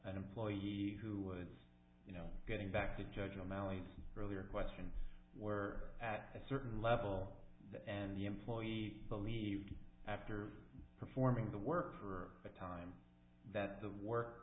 an employee who was you know getting back to judge all mallees earlier questions were at a certain level and the employee believed after performing the work for a time that the w